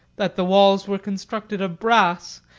that the walls were constructed of brass,